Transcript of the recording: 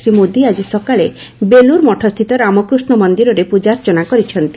ଶ୍ରୀ ମୋଦି ଆକି ସକାଳେ ବେଲୁର ମଠସ୍ତିତ ରାମକୃଷ୍ଠ ମନ୍ଦିରରରେ ପ୍ରକାର୍ଚ୍ଚନା କରିଛନ୍ତି